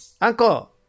Uncle